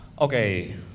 okay